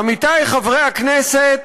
עמיתיי חברי הכנסת,